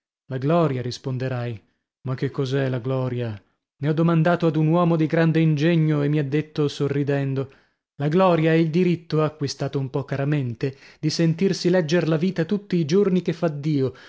la gloria risponderai ma che cos'è la gloria ne ho domandato ad un uomo di grande ingegno e mi ha detto sorridendo la gloria è il diritto acquistato un po caramente di sentirsi legger la vita tutti i giorni che fa dio